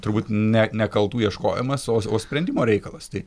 turbūt ne ne kaltų ieškojimas o o sprendimo reikalas tai